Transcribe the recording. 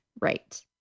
Right